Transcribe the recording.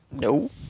No